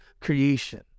creation